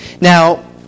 Now